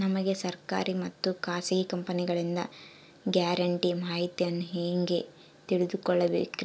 ನಮಗೆ ಸರ್ಕಾರಿ ಮತ್ತು ಖಾಸಗಿ ಕಂಪನಿಗಳಿಂದ ಗ್ಯಾರಂಟಿ ಮಾಹಿತಿಯನ್ನು ಹೆಂಗೆ ತಿಳಿದುಕೊಳ್ಳಬೇಕ್ರಿ?